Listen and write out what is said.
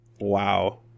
Wow